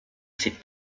ses